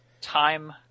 Time